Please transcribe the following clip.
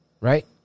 Right